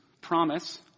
promise